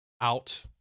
out